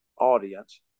audience